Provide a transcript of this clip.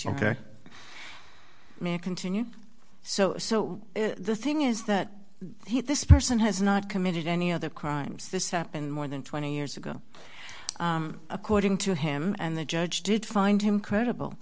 ok may continue so so the thing is that this person has not committed any other crimes this happened more than twenty years ago according to him and the judge did find him credible